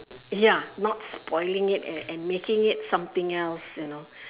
ya not spoiling it and and making it something else you know